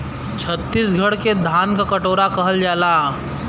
छतीसगढ़ के धान क कटोरा कहल जाला